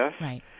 Right